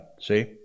see